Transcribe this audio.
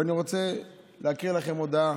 אני רוצה להקריא לכם הודעה: